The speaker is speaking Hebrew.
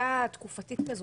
לבדיקה תקופתית כזאת,